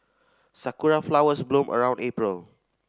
sakura flowers bloom around April